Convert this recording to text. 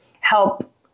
help